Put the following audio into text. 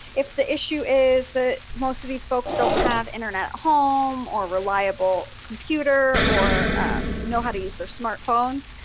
if the issue is that most of these folks don't have internet at home, or reliable computer, or know how to use their smartphones,